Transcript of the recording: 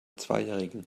zweijährigen